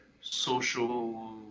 social